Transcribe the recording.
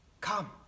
Come